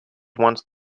once